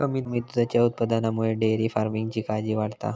कमी दुधाच्या उत्पादनामुळे डेअरी फार्मिंगची काळजी वाढता हा